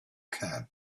can